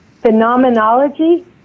phenomenology